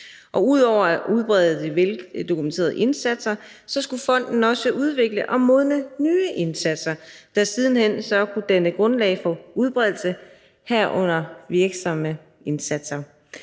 Ud over at udbrede de veldokumenterede indsatser skulle fonden også udvikle og modne nye indsatser, der siden hen så kunne danne grundlag for udbredelse, herunder af virksomme indsatser.